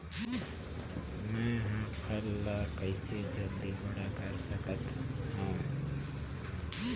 मैं ह फल ला कइसे जल्दी बड़ा कर सकत हव?